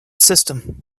system